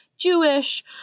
Jewish